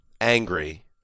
angry